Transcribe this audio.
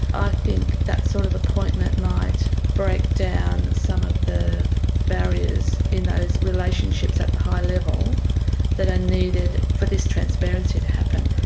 i think that sort of appointment might break down some of the barriers in those relationships at the high level that are needed for this transparency to happen.